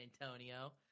antonio